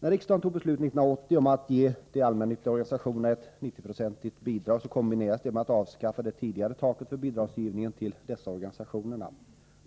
När riksdagen tog beslut 1980 om att ge de allmännyttiga organisationerna ett 90-procentigt bidrag, så kombinerades det med att avskaffa det tidigare taket för bidragsgivningen till dessa organisationer.